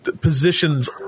positions